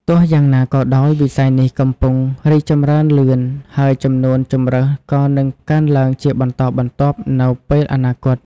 ទោះយ៉ាងណាក៏ដោយ វិស័យនេះកំពុងរីកចម្រើនលឿន ហើយចំនួនជម្រើសក៏នឹងកើនឡើងជាបន្តបន្ទាប់នៅពេលអនាគត។